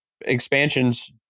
expansions